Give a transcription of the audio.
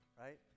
right